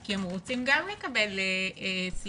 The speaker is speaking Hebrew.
כי הם רוצים גם לקבל סיוע.